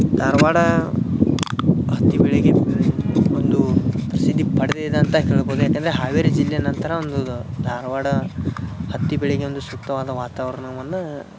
ಧಾರವಾಡ ಹತ್ತಿ ಬೆಳೆಗೆ ಒಂದು ಪ್ರಸಿದ್ಧಿ ಪಡೆದಿದೆ ಅಂತ ಹೇಳ್ಬೋದು ಯಾಕಂದರೆ ಹಾವೇರಿ ಜಿಲ್ಲೆ ನಂತರ ಒಂದು ಧಾರವಾಡ ಹತ್ತಿ ಬೆಳೆಗೆ ಒಂದು ಸೂಕ್ತವಾದ ವಾತಾವರಣವನ್ನ